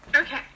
Okay